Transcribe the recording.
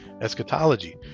eschatology